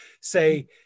say